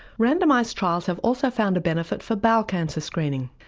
randomised trials have also found a benefit for bowel cancer screening.